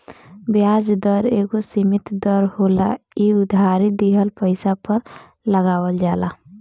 ब्याज दर एगो सीमित दर होला इ उधारी दिहल पइसा पर लगावल जाला